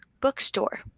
bookstore